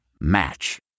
Match